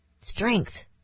strength